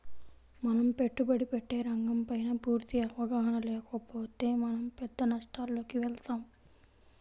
మనం పెట్టుబడి పెట్టే రంగంపైన పూర్తి అవగాహన లేకపోతే మనం పెద్ద నష్టాలలోకి వెళతాం